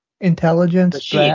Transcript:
intelligence